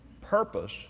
purpose